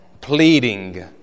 pleading